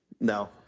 No